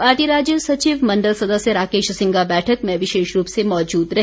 party के राज्य सचिव मण्डल सदस्य राकेश सिंघा बैठक में विशेष रूप से मौजूद रहे